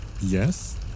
Yes